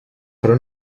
però